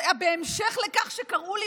בהמשך לכך שקראו לי